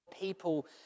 people